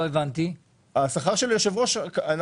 בסדר גמור, אני